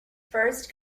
first